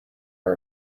our